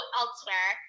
elsewhere